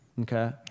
Okay